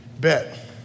Bet